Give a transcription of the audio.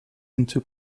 into